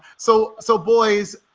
so so, boys,